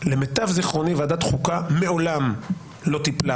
למיטב זכרוני ועדת חוקה מעולם לא טיפלה